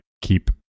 keep